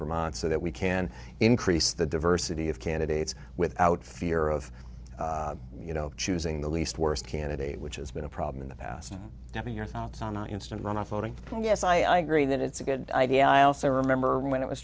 vermont so that we can increase the diversity of candidates without fear of you know choosing the least we're candidate which has been a problem in the past having your thoughts on the instant runoff voting yes i agree that it's a good idea i also remember when it was